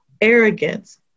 arrogance